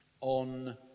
on